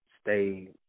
stay